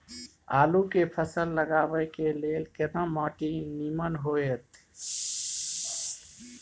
आलू के फसल लगाबय के लेल केना माटी नीमन होयत?